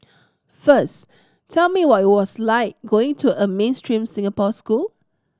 first tell me what it was like going to a mainstream Singapore school